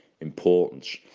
importance